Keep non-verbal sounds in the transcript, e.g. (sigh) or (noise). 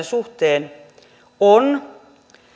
(unintelligible) suhteen on